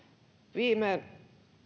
viime